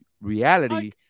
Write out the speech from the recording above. reality